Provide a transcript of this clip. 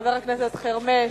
חבר הכנסת חרמש.